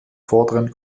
vorderen